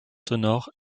sonores